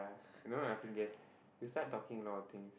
you know laughing gas you start talking a lot of things